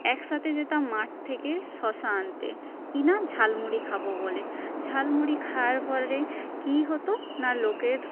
একসাথে যেতাম মাঠ থেকে শশা আনতে কিনা ঝালমুড়ি খাব বলে ঝালমুড়ি খাওয়ার পরে কি হত না লোকের থেকে